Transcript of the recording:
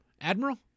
Admiral